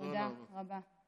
תודה רבה.